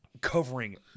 covering